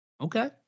Okay